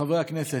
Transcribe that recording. חברי הכנסת,